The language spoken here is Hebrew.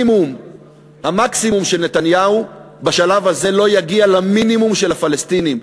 המקסימום של נתניהו בשלב הזה לא יגיע למינימום של הפלסטינים,